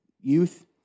youth